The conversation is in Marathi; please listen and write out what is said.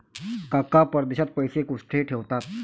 काका परदेशात पैसा कुठे ठेवतात?